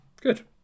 good